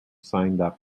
signed